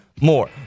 more